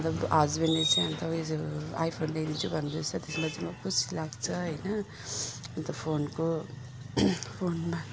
अन्त हसबेन्ड चाहिँ अन्त उयो आइ फोन ल्याइदिन्छु भन्दैछ त्यसमा चाहिँ म खुसी लाग्छ होइन अन्त फोनको फोनमा